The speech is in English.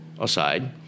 aside